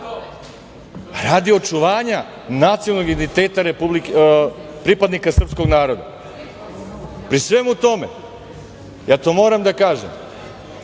radi očuvanja nacionalnog identiteta pripadnika srpskog naroda. Pri svemu tome, ja to moram da kažem,